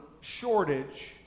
shortage